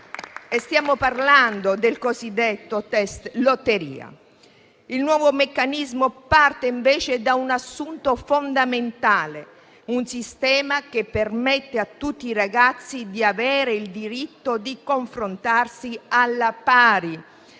Stiamo parlando del cosiddetto test lotteria. Il nuovo meccanismo parte invece da un assunto fondamentale: un sistema che permetta a tutti i ragazzi di avere il diritto di confrontarsi alla pari,